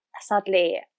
Sadly